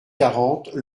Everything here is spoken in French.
quarante